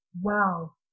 Wow